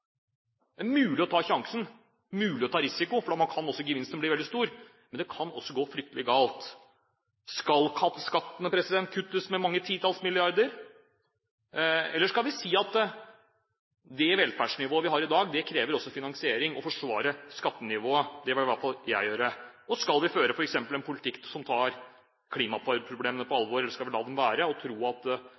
det er mulig å ta sjansen, og det er mulig å ta risiko, for da kan gevinsten bli veldig stor. Men det kan også gå fryktelig galt. Skal skattene kuttes med mange titalls milliarder, eller skal vi si at det velferdsnivået vi har i dag, også krever finansiering og forsvar av skattenivået? Det vil i hvert fall jeg. Og skal vi f.eks. føre en politikk som tar klimaproblemene på alvor, eller skal vi la det være og tro at